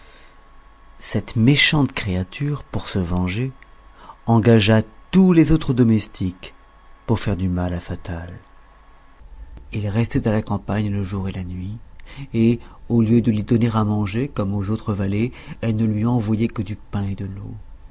cette méchante créature pour se venger engagea tous les autres domestiques pour faire du mal à fatal il restait à la campagne le jour et la nuit et au lieu de lui donner à manger comme aux autres valets elle ne lui envoyait que du pain et de l'eau